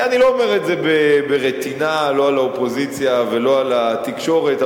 אני לא אומר את זה ברטינה לא על האופוזיציה ולא על התקשורת,